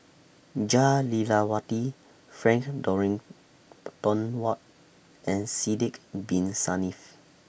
Jah Lelawati Frank Dorrington Ward and Sidek Bin Saniff